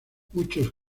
muchos